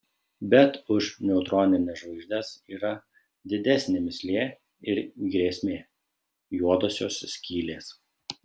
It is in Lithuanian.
bet už neutronines žvaigždes yra didesnė mįslė ir grėsmė juodosios skylės